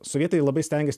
sovietai labai stengės